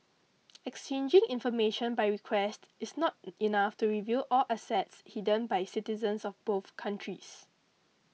exchanging information by request is not enough to reveal all assets hidden by citizens of both countries